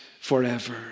forever